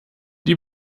die